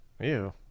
Ew